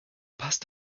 passt